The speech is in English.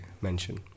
mention